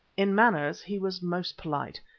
in manners he was most polite,